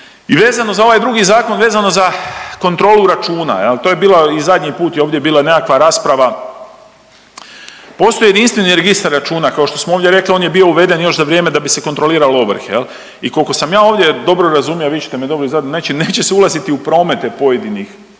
i vezano za ovaj drugi zakon, vezano za kontrolu računa, je li. To je bilo i zadnji put je ovdje bila nekakva rasprava, postoji Jedinstveni registar računa kao što smo ovdje rekli, on je bio uveden još za vrijeme da bi se kontroliralo ovrhe, je li i koliko sam ja ovdje dobro razumio, a vi ćete me .../Govornik se ne razumije./... neće se ulaziti u promete pojedinih